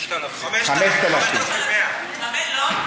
5,000. 5,100. לא,